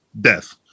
death